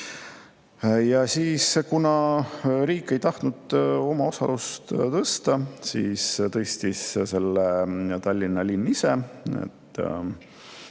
Ja kuna riik ei tahtnud oma osalust tõsta, siis tõstis seda Tallinna linn,